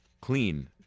Clean